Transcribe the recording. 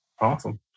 awesome